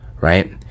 Right